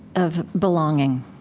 of belonging.